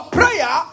prayer